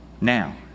Now